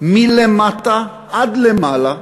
מלמטה עד למעלה,